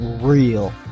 real